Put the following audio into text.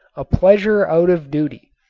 a pleasure out of duty,